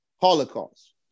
Holocaust